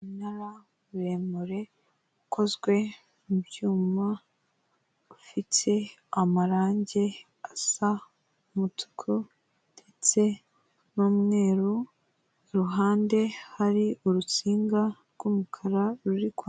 Umunara muremure ukozwe mu byuma, ufite amarangi asa umutuku, ndetse n'umweru, ku ruhande hari urutsinga rw'umukara ruri kwaka.